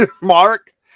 Mark